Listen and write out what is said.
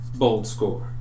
Boldscore